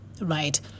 right